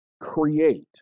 create